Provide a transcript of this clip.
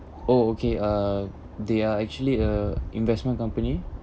oh okay uh they are actually a investment company